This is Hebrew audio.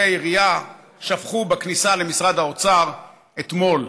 העירייה שפכו בכניסה למשרד האוצר אתמול.